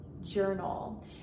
journal